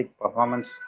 performance